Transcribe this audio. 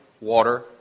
water